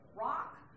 rock